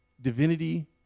divinity